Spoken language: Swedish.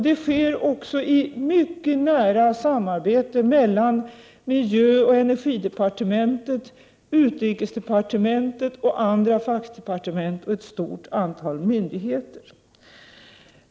Det sker också i mycket nära samarbete mellan miljöoch energidepartementet, utrikesdepartementet och andra fackdepartement samt ett stort antal myndigheter.